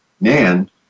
Nan